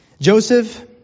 Joseph